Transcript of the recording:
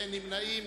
ואין נמנעים.